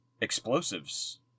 Explosives